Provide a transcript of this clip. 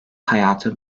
hayatı